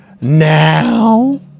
now